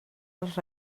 els